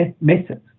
methods